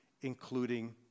including